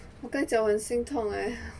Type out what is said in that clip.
我跟你讲我很心痛 leh